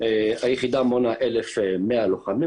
היחידה מונה 1,100 לוחמים,